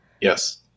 Yes